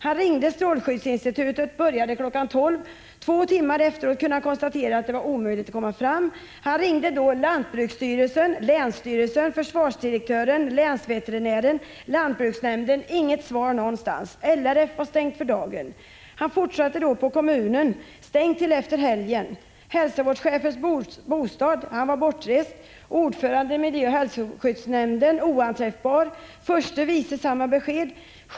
Han ringde strålskyddsinstitutet kl. 12.00. Två timmar efteråt kunde han konstatera att det var omöjligt att komma fram. Han ringde då lantbruksstyrelsen, länsstyrelsen, försvarsdirektören, länsveterinären, lantbruksnämnden men fick inget svar någonstans. LRF hade stängt för dagen. Han försökte då ringa till kommunen. Där var det stängt till efter helgen. Han ringde till hälsovårdschefens bostad. Hälsovårdschefen var bortrest. Ordföranden i miljöoch hälsoskyddsnämnden var oanträffbar, likaså förste vice ordföranden. Först kl.